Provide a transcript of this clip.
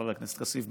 חבר הכנסת כסיף,